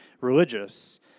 religious